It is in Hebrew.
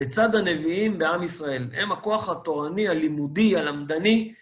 בצד הנביאים בעם ישראל, הם הכוח התורני, הלימודי, הלמדני.